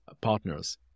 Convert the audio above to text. partners